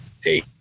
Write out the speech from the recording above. Hey